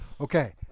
Okay